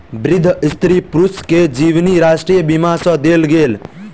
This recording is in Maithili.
वृद्ध स्त्री पुरुष के जीवनी राष्ट्रीय बीमा सँ देल गेल